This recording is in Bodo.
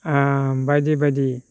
बायदि बायदि